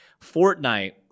Fortnite